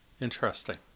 Interesting